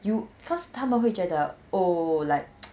you cause 他们会觉得 oh like